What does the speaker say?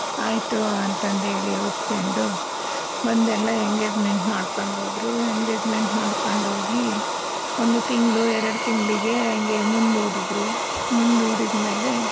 ಆಯಿತು ಅಂತಂದೇಳಿ ಒಪ್ಕೊಂಡು ಬಂದು ಎಲ್ಲ ಎಂಗೇಜ್ಮೆಂಟ್ ಮಾಡ್ಕೊಂಡು ಹೋದರು ಎಂಗೇಜ್ಮೆಂಟ್ ಮಾಡ್ಕೊಂಡು ಹೋಗಿ ಒಂದು ತಿಂಗಳು ಎರಡು ತಿಂಗಳಿಗೆ ಹಾಗೆ ಮುಂದೂಡಿದ್ರು ಮುಂದೂಡಿದಮೇಲೆ